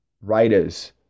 writers